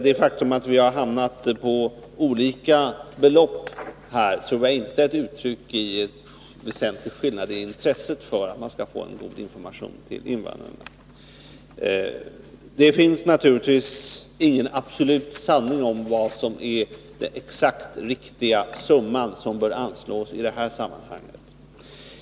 Det faktum att vi har hamnat på olika belopp tror jag alltså inte är ett uttryck för någon väsentlig skillnad i intresset för att ge god information till invandrare. Det finns naturligtvis ingen absolut sanning om vad som är den exakt riktiga summa som skall anslås i det här sammanhanget.